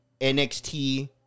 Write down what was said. NXT